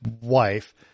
wife